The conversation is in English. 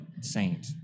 saint